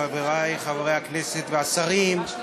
חברי חברי הכנסת והשרים,